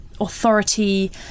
authority